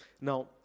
Now